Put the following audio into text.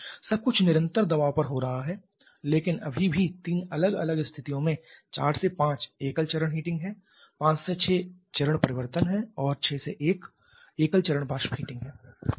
सब कुछ निरंतर दबाव पर हो रहा है लेकिन अभी भी तीन अलग अलग स्थितियों में 4 से 5 एकल चरण हीटिंग है 5 से 6 चरण परिवर्तन है और 6 से 1 एकल चरण वाष्प हीटिंग है